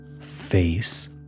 face